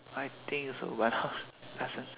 I think so but I'm not as in